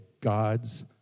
God's